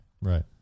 Right